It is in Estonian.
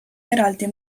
eraldi